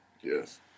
Yes